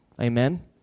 Amen